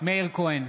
מאיר כהן,